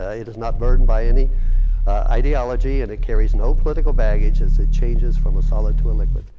ah it is not burdened by any ideology and it carries no political baggage as it changes from a solid to liquid.